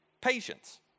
patience